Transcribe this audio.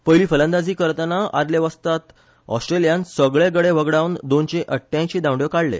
पयली फलंदाजी करताना आदले वस्तान ऑस्ट्रेलियान सगळे गडे व्हगडावन दोनश अठ्ठयायशी धांवड्यो काडले